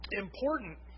important